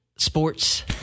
sports